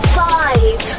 five